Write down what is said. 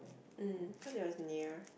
mm cause it was near